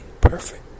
perfect